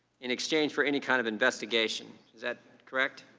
and exchange for any kind of investigation, is that correct?